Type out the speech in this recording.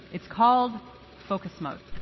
it's called focus mode.